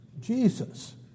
Jesus